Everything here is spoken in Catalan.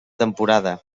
temporada